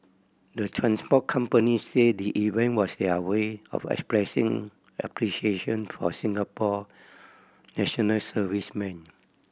the transport companies said the event was their way of expressing appreciation for Singapore national servicemen